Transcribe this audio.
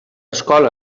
escola